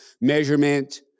Measurement